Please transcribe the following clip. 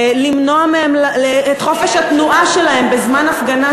למנוע מהם את חופש התנועה שלהם בזמן הפגנה,